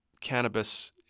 cannabis